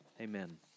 Amen